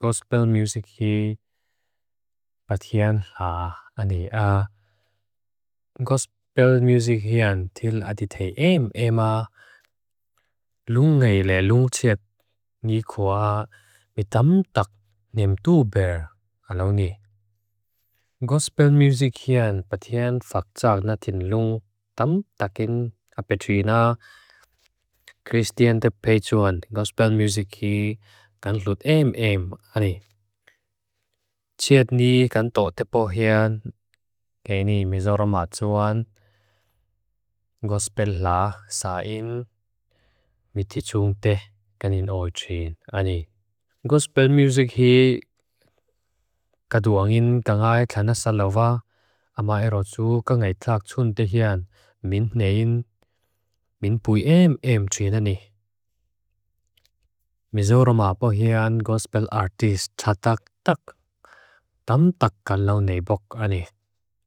Gospel music hi patean hla ani a gospel music hian til adithei aim aim a lung ngay le lung tset ngi khua mi tam tak neam du bel alaungi. Gospel music hian patean fak tsak na tin lung tam takin apetrina kristian tepei tsuan. Gospel music hi kan lut aim aim ani. Tset ngi kan totepo hian keni mizorama tsuan gospel la sain miti tsung teh kanin oichin ani. Gospel music hi kaduangin kanga'i kanasalawa ama erotsu kanga'i tak tsunde hian min nein minpui aim aim tsinani. Mizorama po hian gospel artist tsatak tak tam tak kalau nei bok ani.